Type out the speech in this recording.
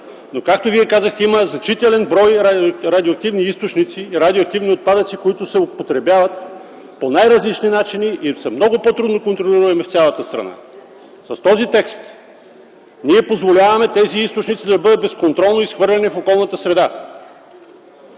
– както Вие казахте, има значителен брой радиоактивни отпадъци, които се употребяват по най-различни начини и са много по-трудно контролируеми в цялата страна. С този текст ние позволяваме тези източници да бъдат безконтролно изхвърляни в околната среда.